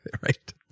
right